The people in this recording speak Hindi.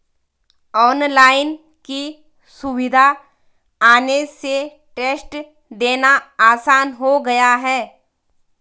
ऑनलाइन की सुविधा आने से टेस्ट देना आसान हो गया है